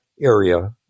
area